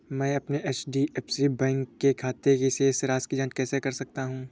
मैं अपने HDFC bank के खाते की शेष राशि की जाँच कैसे कर सकता हूँ?